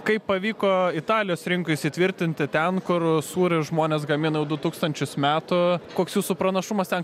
kaip pavyko italijos rinkoj įsitvirtinti ten kur sūrį žmonės gamina tūkstančius metų koks jūsų pranašumas ten